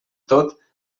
tot